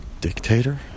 Dictator